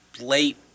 late